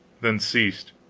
then ceased.